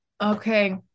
Okay